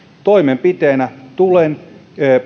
toimenpiteenä tulen